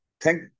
Thank